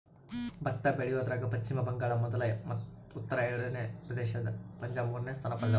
ಭತ್ತ ಬೆಳಿಯೋದ್ರಾಗ ಪಚ್ಚಿಮ ಬಂಗಾಳ ಮೊದಲ ಉತ್ತರ ಪ್ರದೇಶ ಎರಡನೇ ಪಂಜಾಬ್ ಮೂರನೇ ಸ್ಥಾನ ಪಡ್ದವ